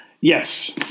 Yes